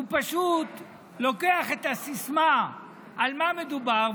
הוא פשוט לוקח את הסיסמה על מה מדובר,